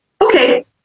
Okay